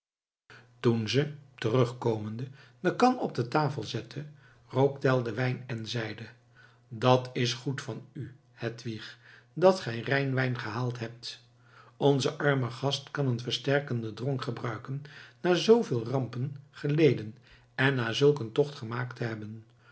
toen ze terugkomende de kan op de tafel zette rook tell den wijn en zeide dat is goed van u hedwig dat gij rijnwijn gehaald hebt onze arme gast kan een versterkenden dronk gebruiken na zooveel rampen geleden en na zulk een tocht gemaakt te hebben